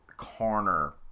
corner